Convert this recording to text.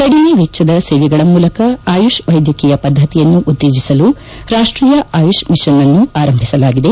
ಕಡಿಮೆ ವೆಚ್ಚದ ಸೇವೆಗಳ ಮೂಲಕ ಆಯುಷ್ ವೈದ್ಯಕೀಯ ಪದ್ದತಿಯನ್ನು ಉತ್ತೇಜಿಸಲು ರಾಷ್ಟೀಯ ಆಯುಷ್ ಮಿಷನ್ನನ್ನು ಆರಂಭಿಸಲಾಗಿದೆ